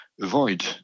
avoid